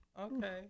Okay